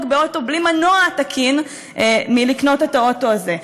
באוטו בלי מנוע תקין מלקנות את האוטו הזה.